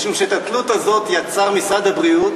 משום שאת התלות הזאת יצר משרד הבריאות,